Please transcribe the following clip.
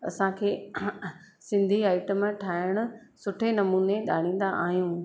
असांखे सिंधी आइटम ठाहिणु सुठे नमूने ॼाणींदा आहियूं